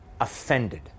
offended